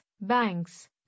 banks